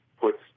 puts